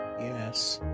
yes